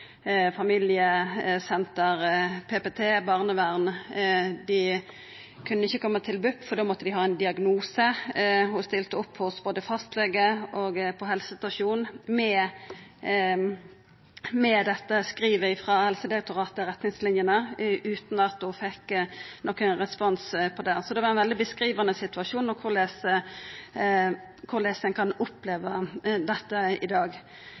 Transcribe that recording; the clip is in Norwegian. familiesenter, PPT, barnevern. Dei kunne ikkje koma til BUP, for då måtte dei ha ein diagnose. Ho stilte opp både hos fastlegen og på helsestasjonen med dette skrivet frå Helsedirektoratet, retningslinjene, utan at ho fekk nokon respons på det. Så det var ein veldig beskrivande situasjon om korleis ein kan oppleva dette i dag.